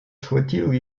схватил